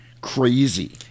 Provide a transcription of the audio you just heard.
Crazy